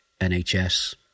NHS